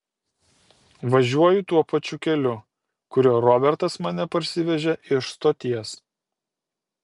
važiuoju tuo pačiu keliu kuriuo robertas mane parsivežė iš stoties